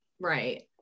Right